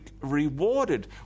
rewarded